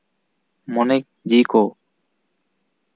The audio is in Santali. ᱢᱚᱱᱮ ᱡᱤᱣᱤ ᱠᱚ